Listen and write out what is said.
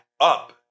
up